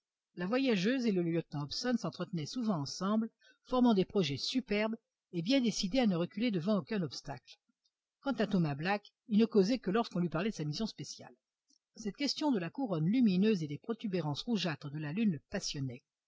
la voyageuse et le lieutenant hobson s'entretenaient souvent ensemble formant des projets superbes et bien décidés à ne reculer devant aucun obstacle quant à thomas black il ne causait que lorsqu'on lui parlait de sa mission spéciale cette question de la couronne lumineuse et des protubérances rougeâtres de la lune